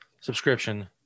subscription